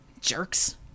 jerks